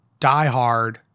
diehard